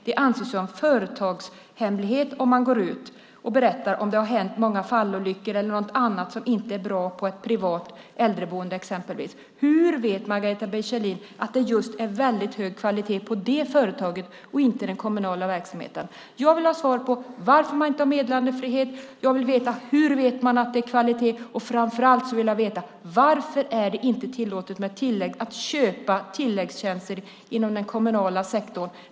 Det anses vara företagshemlighet om man går ut och berättar om att det har hänt många fallolyckor eller något annat som inte är bra på ett privat äldreboende exempelvis. Hur vet Margareta B Kjellin att det är väldigt hög kvalitet just i det företaget och inte i den kommunala verksamheten? Jag vill ha svar på varför man inte har meddelarfrihet. Jag vill veta hur man vet att det är kvalitet, och framför allt vill jag veta varför det inte är tillåtet att köpa tilläggstjänster inom den kommunala sektorn.